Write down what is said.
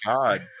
God